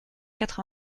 quatre